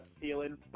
feeling